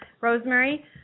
Rosemary